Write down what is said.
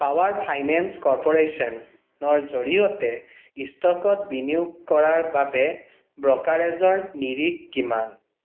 power finance কৰ্প'ৰেশ্যনৰ জৰিয়তে ষ্ট'কত বিনিয়োগ কৰাৰ বাবে ব্ৰ'কাৰেজৰ নিৰিখ কিমান